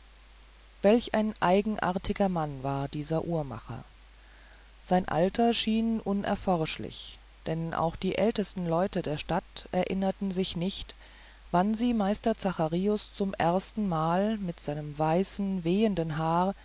welch ein eigenartiger mann war dieser alte uhrmacher sein alter schien unerforschlich denn auch die ältesten leute der stadt erinnerten sich nicht wann sie meister zacharius zum ersten mal mit seinem weißen wehenden haar